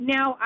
Now